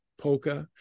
polka